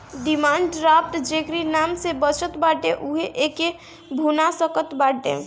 demand draft जेकरी नाम से बनत बाटे उहे एके भुना सकत बाटअ